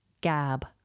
gab